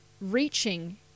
reaching